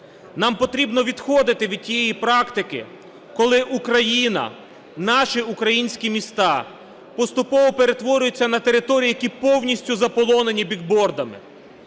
Нам потрібно відходити від тієї практики, коли Україна, наші українські міста поступово перетворюються на території, які повністю заполонені бігбордами,